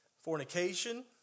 fornication